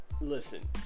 listen